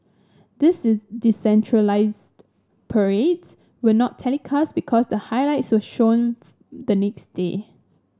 this is decentralised parades were not telecast because the highlights were shown the next day